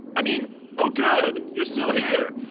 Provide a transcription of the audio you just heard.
i mean oh, good. you're still here.